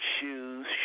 shoes